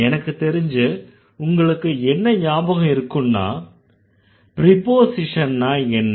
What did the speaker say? எனக்குத் தெரிஞ்சு உங்களுக்கு என்ன ஞாபகம் இருக்கும்னா ப்ரிபோஸிஷன்னா என்ன